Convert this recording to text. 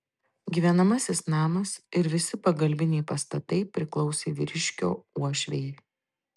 gyvenamasis namas ir visi pagalbiniai pastatai priklausė vyriškio uošvei